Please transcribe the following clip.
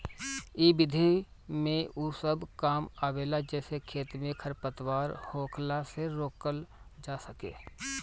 इ विधि में उ सब काम आवेला जेसे खेत में खरपतवार होखला से रोकल जा सके